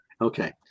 Okay